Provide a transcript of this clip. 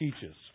teaches